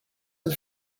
and